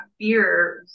fear